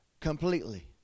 completely